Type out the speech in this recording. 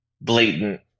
blatant